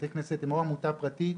בתי הכנסת הם או עמותה פרטית,